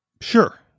Sure